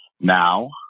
now